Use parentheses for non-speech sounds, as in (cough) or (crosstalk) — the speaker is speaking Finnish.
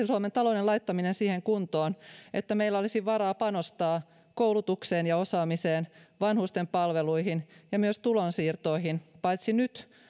(unintelligible) suomen talouden laittaminen siihen kuntoon että meillä olisi varaa panostaa koulutukseen ja osaamiseen vanhusten palveluihin ja myös tulonsiirtoihin paitsi nyt